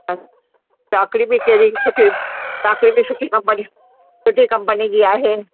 हा क्राकरी बि कहिड़ी सुठियूं क्राकरी बि सुठी खपनि सुठी कंपनी जी आहे